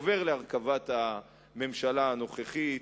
עובר להרכבת הממשלה הנוכחית,